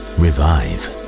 revive